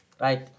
right